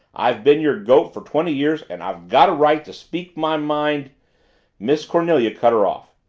i've been your goat for twenty years and i've got a right to speak my mind miss cornelia cut her off.